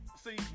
see